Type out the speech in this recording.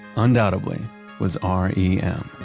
undoubtedly was r e m